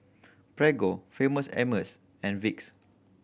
Prego Famous Amos and Vicks